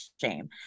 shame